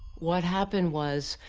what happened was,